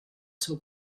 seu